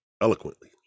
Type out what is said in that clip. eloquently